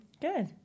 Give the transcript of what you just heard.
Good